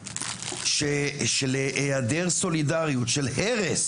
של היער סולידריות, של הרס